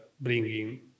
bringing